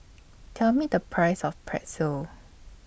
Tell Me The Price of Pretzel